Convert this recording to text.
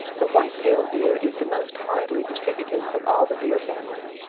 the white-tailed deer is the most widely distributed of all the deer family.